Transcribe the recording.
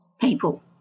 people